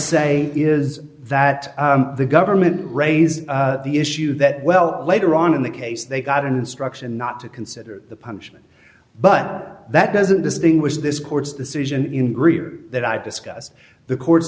say is that the government raised the issue that well later on in the case they got an instruction not to consider the punishment but that doesn't distinguish this court's decision in grier that i discussed the court's